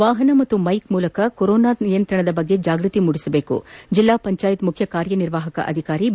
ವಾಪನ ಮತ್ತು ಮೈಕ್ ಮೂಲಕ ಕೊರೋನಾ ನಿಯಂತ್ರಣದ ಬಗ್ಗೆ ಜಾಗೃತಿ ಮೂಡಿಸಬೇಕು ಜಿಲ್ಲಾ ಪಂಚಾಯತ್ ಮುಖ್ಯ ಕಾರ್ಯನಿರ್ವಾಪಕ ಅಧಿಕಾರಿ ಬಿ